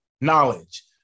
Knowledge